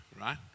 right